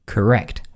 Correct